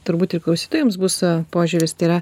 turbūt ir klausytojams bus požiūris tai yra